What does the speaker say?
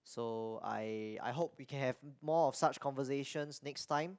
so I I hope we can have more of such conversations next time